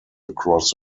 across